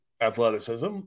athleticism